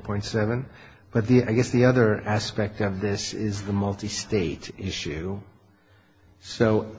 point seven but the i guess the other aspect of this is the multi state issue so